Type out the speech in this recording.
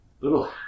little